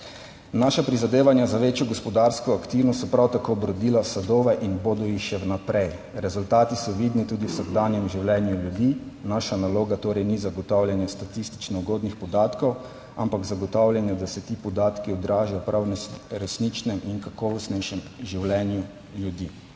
Naša prizadevanja za večjo gospodarsko aktivnost so prav tako obrodila sadove in bodo jih še naprej. Rezultati so vidni tudi v vsakdanjem življenju ljudi. Naša naloga torej ni zagotavljanje statistično ugodnih podatkov, ampak zagotavljanje, da se ti podatki odražajo prav v resničnem in kakovostnejšem življenju ljudi.